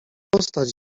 postać